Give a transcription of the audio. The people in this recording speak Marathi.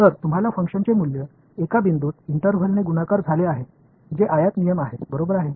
तर तुम्हाला फंक्शनचे मूल्य एका बिंदूत इंटरव्हल ने गुणाकार झाले आहे जे आयत नियम आहे बरोबर आहे